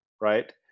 right